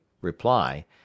reply